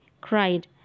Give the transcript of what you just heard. cried